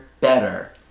better